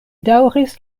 daŭris